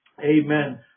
Amen